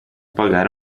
pagare